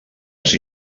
ser